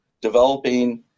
developing